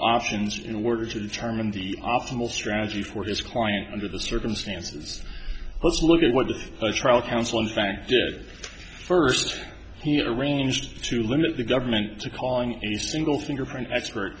options in order to determine the optimal strategy for his client under the circumstances let's look at what the trial counsel in fact did first he arranged to limit the government to calling a single fingerprint expert